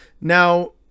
Now